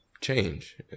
change